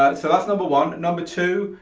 ah so that's number one, number two,